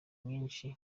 myinshi